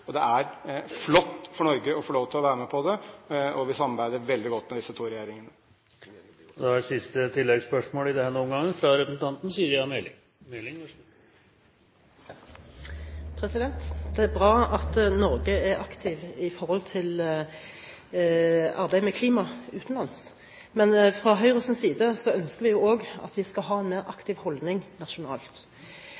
Det er flott for Norge å få være med på det, og vi samarbeider veldig godt med disse to regjeringene. Siri A. Meling – til oppfølgingsspørsmål. Det er bra at Norge er aktiv i forhold til arbeid med klima utenlands, men fra Høyres side ønsker vi òg at vi skal ha en mer